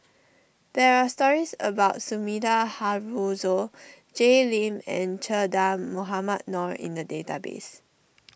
there are stories about Sumida Haruzo Jay Lim and Che Dah Mohamed Noor in the database